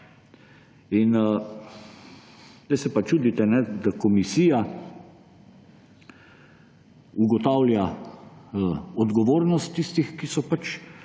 Zdaj se pa čudite, da komisija ugotavlja odgovornost tistih, ki so